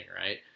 Right